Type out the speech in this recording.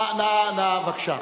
בבקשה.